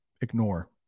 ignore